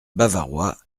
bavarois